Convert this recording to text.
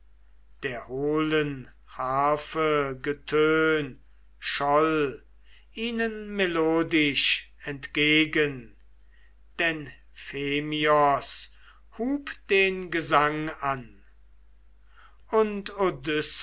der hohlen harfe getön scholl ihnen melodisch entgegen denn phemios hub den gesang an und